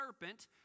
serpent